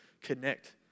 connect